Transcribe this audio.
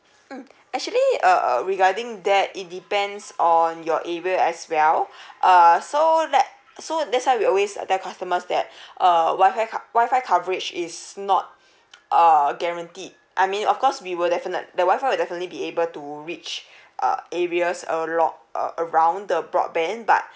mm actually err regarding that it depends on your area as well uh so let so that's why we always uh tell customers that uh wi-fi cov~ wi-fi coverage is not err guaranteed I mean of course we will definite the wi-fi will definitely be able to reach uh areas along around the broadband but